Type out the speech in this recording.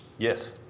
Yes